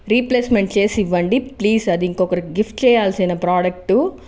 replacement చేసి ఇవ్వండి please అది ఇంకొకరికి గిఫ్ట్ చేయాల్సిన ప్రోడక్టు నేను